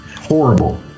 Horrible